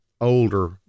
older